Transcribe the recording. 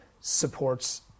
supports